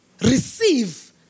receive